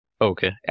Okay